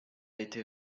été